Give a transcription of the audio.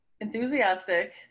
enthusiastic